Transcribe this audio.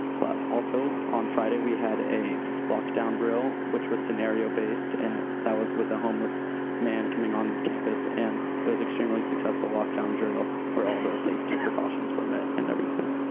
but also, on friday we had a lockdown drill, which was scenario based and that was with a homeless man coming on campus and it was an extremely successful lockdown drill where all the safety precautions were met and everything,